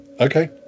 Okay